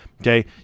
Okay